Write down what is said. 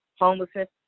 homelessness